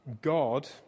God